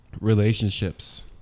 relationships